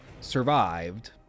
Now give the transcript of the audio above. survived